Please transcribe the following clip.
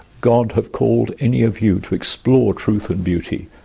god have called any of you to explore truth and beauty,